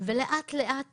ולאט לאט